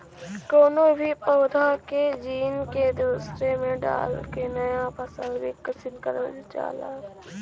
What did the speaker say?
कउनो भी पौधा के जीन के दूसरे में डाल के नया फसल विकसित करल जाला